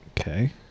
okay